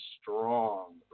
strong